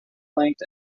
length